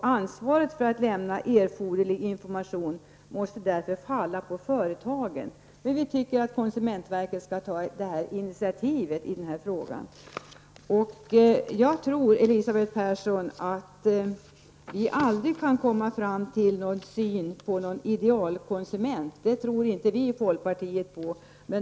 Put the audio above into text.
Ansvaret för att erforderlig information lämnas måste därför vila på företagen. Vi tycker att konsumentverket skall ta ett initiativ i denna fråga. Vi i folkpartiet tror inte, Elisabeth Persson, att det någonsin går att komma fram till hur idealkonsumenten ser ut.